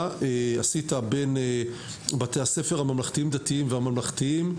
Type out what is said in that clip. בין בתי הספר הממלכתיים דתיים והממלכתיים,